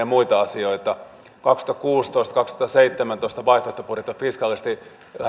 muita asioita vuosien kaksituhattakuusitoista ja kaksituhattaseitsemäntoista vaihtoehtobudjetit ovat fiskaalisesti